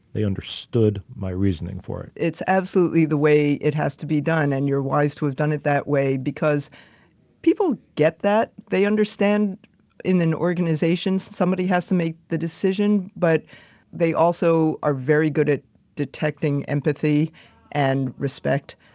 they understood my reasoning for it. it's absolutely the way it has to be done. and you're wise to have done it that way because people get that they understand in an organization, somebody has to make the decision, but they also are very good at detecting empathy and respect.